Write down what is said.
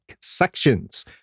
sections